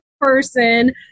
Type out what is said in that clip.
person